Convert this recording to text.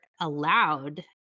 allowed